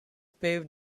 paved